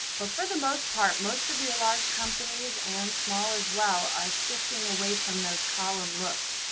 but for the most part, most of your large companies and small as well are shifting away from those column looks.